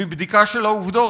מבדיקה של העובדות.